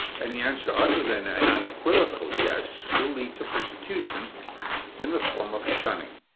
any answer other than an unequivocal yes will lead to persecution in the form of shunning.